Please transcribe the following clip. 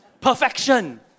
Perfection